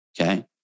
okay